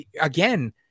again